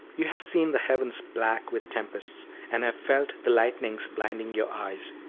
you have seen the heavens black with tempests, and have felt the lightnings blinding your eyes,